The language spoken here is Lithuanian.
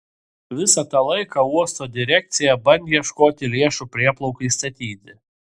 visą tą laiką uosto direkcija bandė ieškoti lėšų prieplaukai statyti